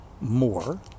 more